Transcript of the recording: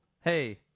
hey